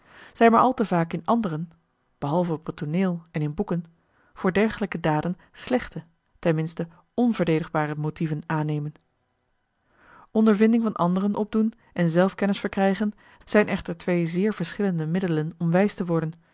maar al te vaak in anderen behalve op het tooneel en in boeken voor dergelijke daden slechte ten minste onverdedigbare motieven aannemen ondervinding van anderen opdoen en zelfkennis verkrijgen zijn echter twee zeer verschillende middelen om wijs te worden